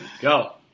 Go